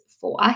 four